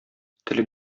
телең